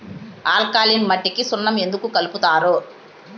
alkaline మట్టికి సున్నం ఎందుకు కలుపుతారు